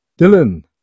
Dylan